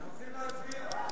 אנחנו רוצים להצביע.